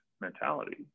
mentality